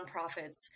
nonprofits